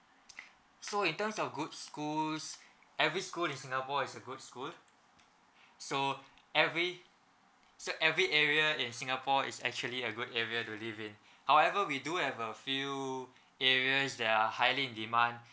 so in terms of good schools every school in singapore is a good school so every so every area in singapore is actually a good area to live in however we do have a few areas that uh highly in demand